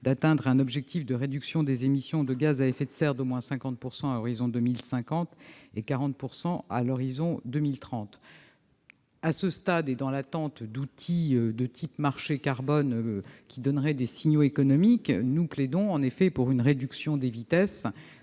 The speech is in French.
concernant la réduction des émissions de gaz à effet de serre d'au moins 50 % à l'horizon 2050 et de 40 % à l'horizon 2030. À ce stade, et dans l'attente d'un outil tel qu'un marché du carbone, qui enverrait des signaux économiques, nous plaidons en effet pour une réduction des vitesses,